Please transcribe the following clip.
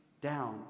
down